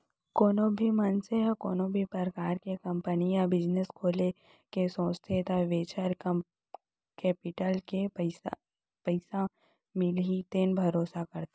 कोनो भी मनसे ह कोनो भी परकार के कंपनी या बिजनेस खोले के सोचथे त वेंचर केपिटल ले पइसा मिलही तेन भरोसा करथे